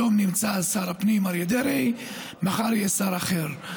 היום נמצא שר הפנים אריה דרעי, מחר יהיה שר אחר.